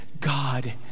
God